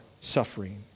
suffering